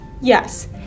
Yes